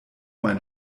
mein